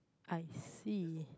I see